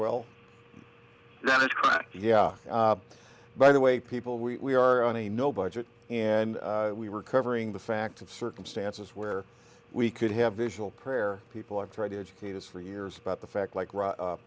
well yeah by the way people we are on a no budget and we were covering the fact of circumstances where we could have visual prayer people are trying to educate us for years about the fact like